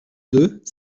deux